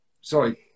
Sorry